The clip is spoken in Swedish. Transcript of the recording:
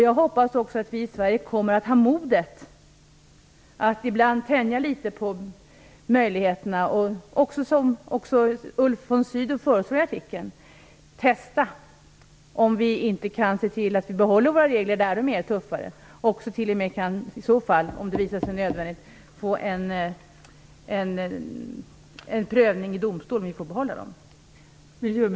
Jag hoppas också att vi i Sverige kommer att ha modet att ibland tänja litet på möjligheterna, att som Ulf von Sydow föreslog i artikeln också testa om vi inte kan behålla våra regler i de fall då de är tuffare och om det visar sig nödvändigt också få till en prövning i domstol av om vi får behålla dem.